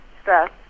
stress